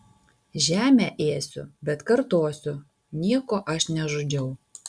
žemę ėsiu bet kartosiu nieko aš nežudžiau